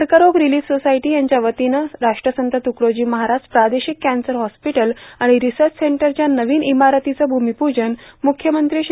कर्करोग relief society यांच्या वतीनं राष्ट्रसंत तुकडोजी महाराज प्रादेशिक कॅन्सर हॉस्पीटर आणि रिसर्च सेंटरच्या नवीन इमारतीचे भूमिपूजन मुख्यमंत्री श्री